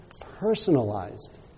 personalized